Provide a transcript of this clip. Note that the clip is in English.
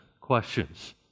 questions